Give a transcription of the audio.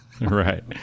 Right